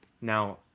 Now